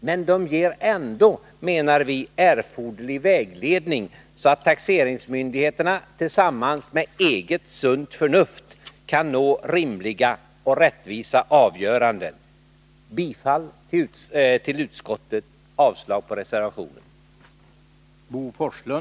Men de ger ändå, menar vi, erforderlig vägledning, så att taxeringsmyndigheterna med användande av eget sunt förnuft kan nå rimliga och rättvisa avgöranden. Jag yrkar bifall till utskottets hemställan och avslag på reservationen.